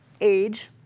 age